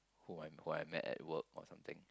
who I who I met at work or something